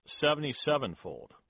seventy-sevenfold